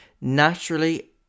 Naturally